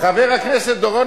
חבר הכנסת דורון